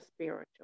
spiritual